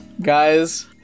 Guys